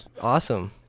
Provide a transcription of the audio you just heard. Awesome